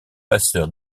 passeur